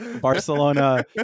Barcelona